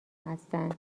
هستند